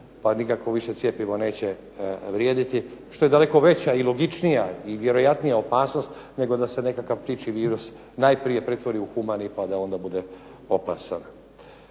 pa nikakvo više cjepivo neće vrijediti što je daleko veća i logičnija i vjerojatnija opasnost nego da se nekakav ptičji virus najprije pretvori u humani pa da onda bude opasan.